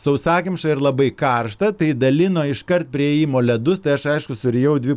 sausakimša ir labai karšta tai dalino iškart prie įėjimo ledus tai aš aišku surijau dvi